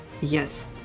Yes